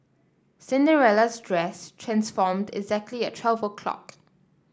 Cinderella's dress transformed exactly at twelve o' clock